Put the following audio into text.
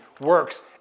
works